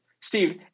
Steve